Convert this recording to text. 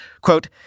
Quote